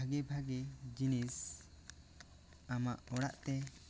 ᱵᱷᱟᱜᱮ ᱵᱷᱟᱜᱮ ᱡᱤᱱᱤᱥ ᱟᱢᱟᱜ ᱚᱲᱟᱜ ᱛᱮ